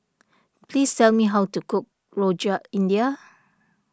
please tell me how to cook Rojak India